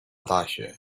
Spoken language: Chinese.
大学